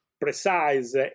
precise